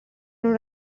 non